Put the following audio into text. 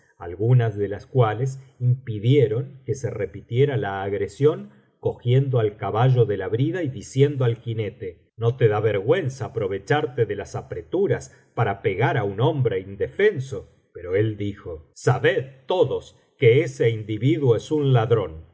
algunas de las cuales impidieron que se repitiera la agresión cogiendo al caballo de la brida y diciendo al jinete no te da vergüenza aprovecharte de las apreturas para pegar á un hombre indefenso pero él dijo sabed todos que ese individuo es un ladrón